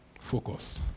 Focus